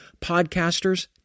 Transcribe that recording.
podcasters